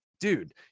dude